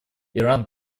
иран